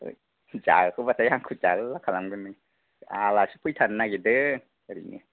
जाहोआबाथाय आंखौ जाल्ला खालामगोन नोंखौ आलासि फैथारनो नागिरदों ओरैनो